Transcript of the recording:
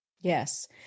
Yes